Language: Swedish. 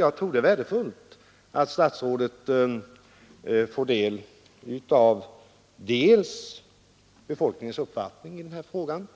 Jag tror det är värdefullt att statsrådet får ta del av befolkningens uppfattning i denna fråga